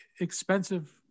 expensive